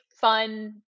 fun